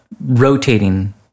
rotating